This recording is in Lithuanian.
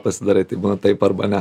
pasidarei tai būna taip arba ne